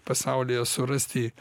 pasaulyje surasti